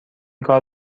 کار